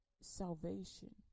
salvation